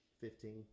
Fifteen